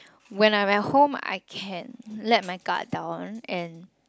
when I'm at home I can let my guard down and